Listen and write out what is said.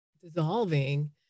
dissolving